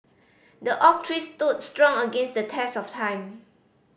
the oak tree stood strong against the test of time